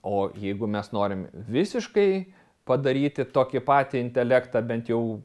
o jeigu mes norim visiškai padaryti tokį patį intelektą bent jau